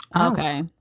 Okay